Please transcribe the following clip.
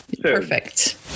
Perfect